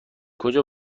کجا